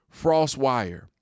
FrostWire